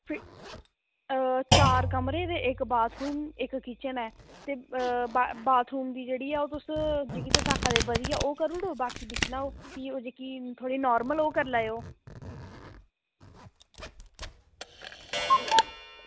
ओह् चार कमरे इक्क बाथरूम इक्क किचन ऐ ते बाथरूम दी तुस बाकी ओह् जेह्ड़ी ऐ ओह् तुस बधियै करी ओड़ो ते बाकी भी दिक्खी लैयो थोह्ड़ी नॉर्मल करी लैयो